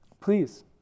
Please